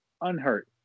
unhurt